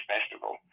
Festival